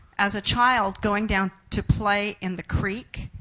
as a child, going down to play in the creek,